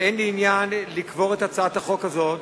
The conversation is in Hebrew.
ואין לי עניין לקבור את הצעת החוק הזאת,